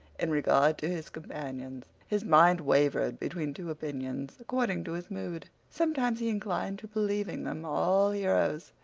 in regard to his companions his mind wavered between two opinions, according to his mood. sometimes he inclined to believing them all heroes.